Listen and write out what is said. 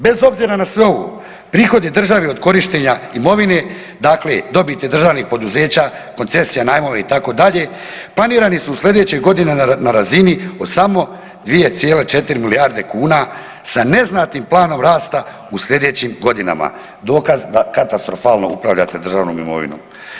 Bez obzira na sve ovo, prihodi države od korištenja imovine dakle dobiti državnih poduzeća, koncesija, najmova itd. planirani su u slijedećoj godini na razini od samo 2,4 milijarde kuna sa neznatnim planom rasta u slijedećim godinama, dokaz da katastrofalno upravljate državnom imovinom.